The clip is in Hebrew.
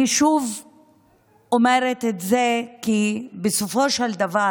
אני שוב אומרת את זה, כי בסופו של דבר